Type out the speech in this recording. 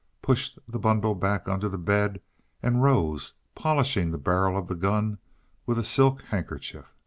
pushed the bundle back under the bed and rose, polishing the barrel of the gun with a silk handkerchief.